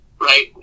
right